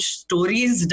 stories